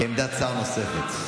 עמדת שר נוספת.